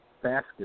basket